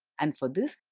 and for this,